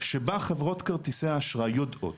שבה חברות כרטיסי האשראי יודעות